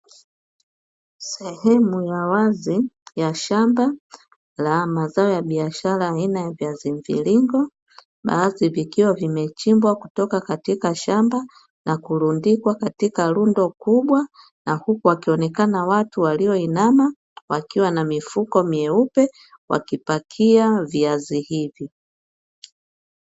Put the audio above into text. Sehemu ya wazi ya shamba la mazao ya biashara aina ya viazi mviringo, baadhi vikiwa vimechimbwa kutoka katika shamba na kulundikwa katika lundo kubwa na huku wakionekana watu walioinama, wakiwa na mifuko myeupe wakipakia viazi hivyo.